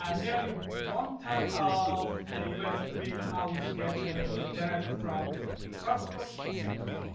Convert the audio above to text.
ah nearly one three of the us greenhouse gas generated generated from transportation sector.